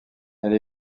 elle